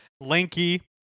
Lanky